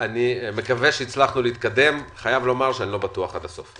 מקווה שהצלחנו להתקדם, רק אני לא בטוח שעד הסוף.